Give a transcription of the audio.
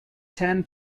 ten